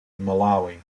malawi